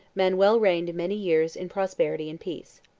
manuel reigned many years in prosperity and peace.